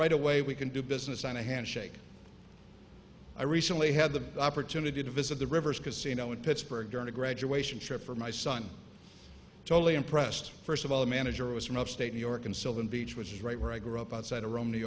right away we can do business on a handshake i recently had the opportunity to visit the rivers casino in pittsburgh earn a graduation trip for my son totally impressed first of all the manager was from upstate new york in sylvan beach which is right where i grew up outside